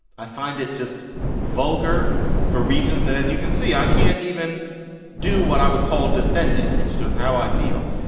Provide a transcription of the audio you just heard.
i find it just vulgar for reasons that as you can see i can't even do what i would call defending. it's just how i feel.